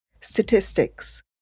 statistics